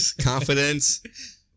confidence